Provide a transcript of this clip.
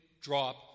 drop